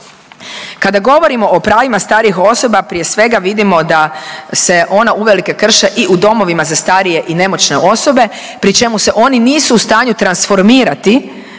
Kada govorimo o pravima starijih osoba prije svega vidimo da se ona uvelike krše i u domovima za starije i nemoćne osobe pri čemu se oni nisu u stanju transformirati